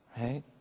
Right